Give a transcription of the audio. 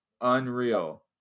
unreal